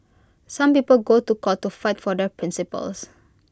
some people go to court to fight for their principles